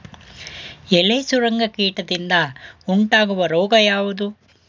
ಎಲೆ ಸುರಂಗ ಕೀಟದಿಂದ ಉಂಟಾಗುವ ರೋಗ ಯಾವುದು?